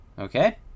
Okay